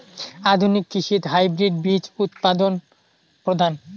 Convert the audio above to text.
আধুনিক কৃষিত হাইব্রিড বীজ উৎপাদন প্রধান